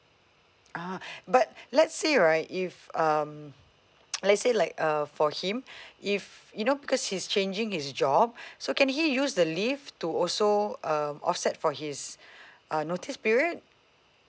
ah but let's say right if um let's say like uh for him if you know because he's changing his job so can he use the leave to also uh offset for his uh notice period